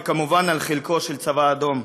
וכמובן על חלקו של הצבא האדום,